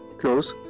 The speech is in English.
close